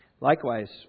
Likewise